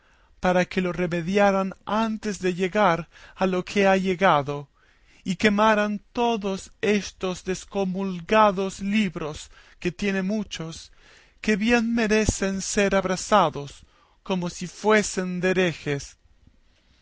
para que lo remediaran antes de llegar a lo que ha llegado y quemaran todos estos descomulgados libros que tiene muchos que bien merecen ser abrasados como si fuesen de herejes